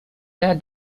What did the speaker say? der